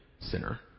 sinner